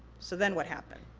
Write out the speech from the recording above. so then what happened?